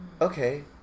okay